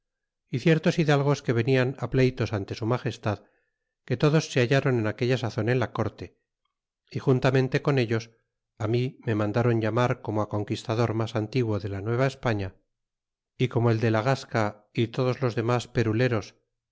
y ciertos hidalgos que venian pleytos ante su magestad que todos se hallaron en aquella sazon en la corte y juntamente con ellos mi me mandron llamar como conquistador mas antiguo dela nueva españa y como el de a gasea y todos los demas